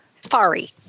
Safari